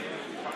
3